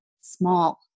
small